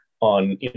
on